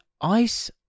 ice